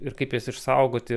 ir kaip jas išsaugoti